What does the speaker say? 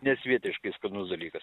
nesvietiškai skanus dalykas